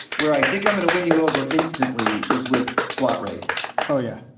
where i think i'm at a win you over instantly is with swat raids. oh yeah.